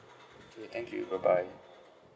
okay thank you bye bye